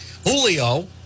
Julio